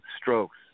strokes